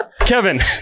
Kevin